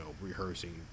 rehearsing